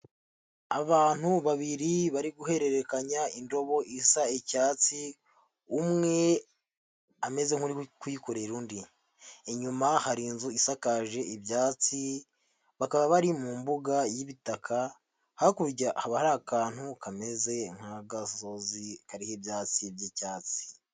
Abantu babiri bari guhererekanya indobo isa icyatsi, umwe ameze nk'uri kuyikorera undi, inyuma hari inzu isakaje ibyatsi, bakaba bari mu mbuga y'ibitaka, hakurya haba hari akantu kameze nk'agazozi kariho ibyatsi by'icyatsi.